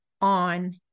on